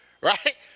right